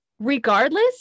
Regardless